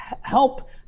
help